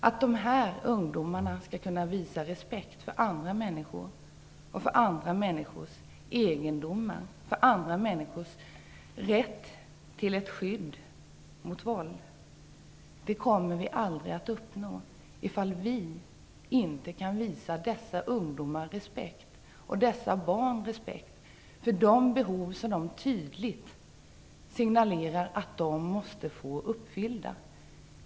Att de här ungdomarna skall kunna visa respekt för andra människor och för andra människors egendom, för andra människors rätt till ett skydd mot våld, det kommer vi aldrig att uppnå, ifall vi inte kan visa dessa ungdomar och dessa barn respekt för de behov som de tydligt signalerar att de måste få tillgodosedda.